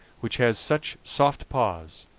which has such soft paws,